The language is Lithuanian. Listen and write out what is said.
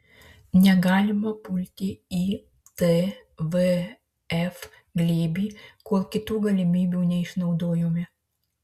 negalima pulti į tvf glėbį kol kitų galimybių neišnaudojome